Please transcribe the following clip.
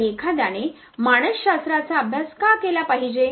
आणि एखाद्याने मानस शास्त्राचा अभ्यास का केला पाहिजे